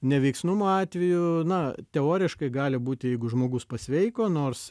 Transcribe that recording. neveiksnumo atveju na teoriškai gali būti jeigu žmogus pasveiko nors